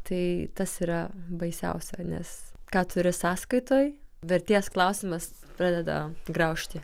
tai tas yra baisiausia nes ką turi sąskaitoj vertės klausimas pradeda graužti